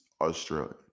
Australian